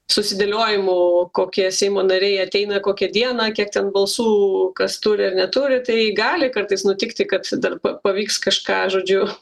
susidėliojimų kokie seimo nariai ateina kokią dieną kiek ten balsų kas turi ar neturi tai gali kartais nutikti kad dar pa pavyks kažką žodžiu